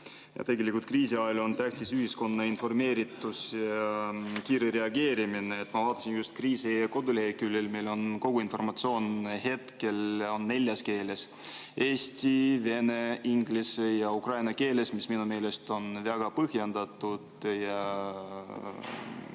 ja tegelikult kriisi ajal on tähtis ühiskonna informeeritus ja kiire reageerimine. Ma vaatasin, et kriisi koduleheküljel meil on kogu informatsioon neljas keeles: eesti, vene, inglise ja ukraina keeles, mis minu meelest on väga põhjendatud ja